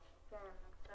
נהרג, נהרג ילד באותו גיל.